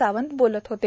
सावंत बोलत होते